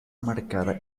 marcada